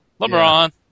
LeBron